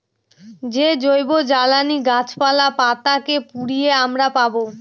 যে জৈবজ্বালানী গাছপালা, পাতা কে পুড়িয়ে আমরা পাবো